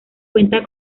cuenta